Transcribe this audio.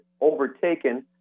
overtaken